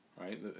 right